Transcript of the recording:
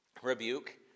Rebuke